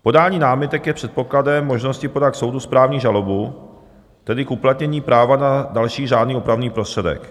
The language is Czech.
Podání námitek je předpokladem možnosti podat k soudu správní žalobu, tedy k uplatnění práva na další řádný opravný prostředek.